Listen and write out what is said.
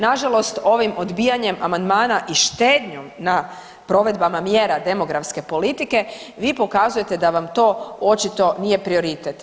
Nažalost, ovim odbijanjem amandman i štednjom na provedbama mjera demografske politike, vi pokazujete da vam to očito nije prioritet.